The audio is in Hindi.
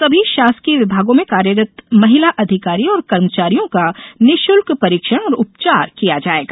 सभी शासकीय विभागों में कार्यरत महिला अधिकारी और कर्मचारियों का निशुल्क परीक्षण और उपचार किया जाएगा